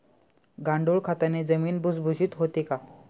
गांडूळ खताने जमीन भुसभुशीत होते का?